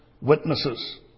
witnesses